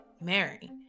Mary